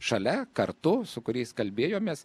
šalia kartu su kuriais kalbėjomės